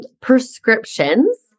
prescriptions